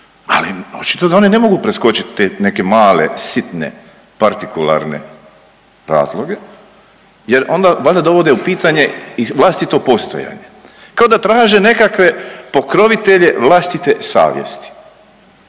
ali očito da oni ne mogu preskočit te neke male, sitne partikularne razloge jer onda valjda dovode u pitanje i vlastito postojanje, kao da traže nekakve pokrovitelje vlastite savjesti.